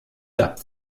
dub